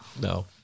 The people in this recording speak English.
No